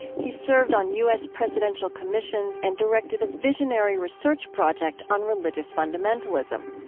he's served on u s. presidential commissions and directed a visionary research project on religious fundamentalism.